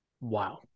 Wow